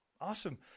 Awesome